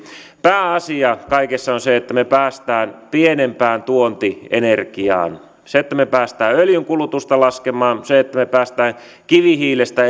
pääasia kaikessa on se että me pääsemme pienempään tuontienergiaan että me pääsemme öljyn kulutusta laskemaan että me pääsemme kivihiilestä